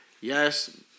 yes